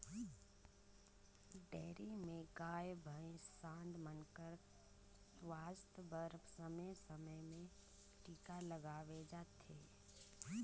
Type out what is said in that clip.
dairy में गाय, भइसी, सांड मन कर सुवास्थ बर समे समे में टीका लगवाए जाथे